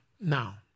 Now